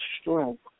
strength